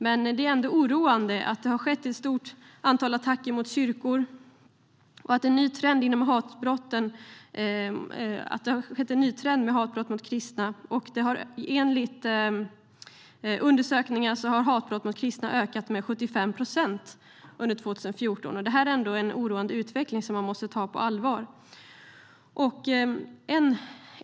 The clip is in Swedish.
Men det är ändå oroande att det har skett ett stort antal attacker mot kyrkor och att det finns en ny trend med hatbrott mot kristna. Enligt undersökningar ökade sådana hatbrott med 75 procent under 2014. Det är en oroande utveckling, som man måste ta på allvar.